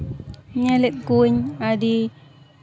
ᱧᱮᱞᱮᱫ ᱠᱚᱣᱟᱧ ᱟᱹᱰᱤ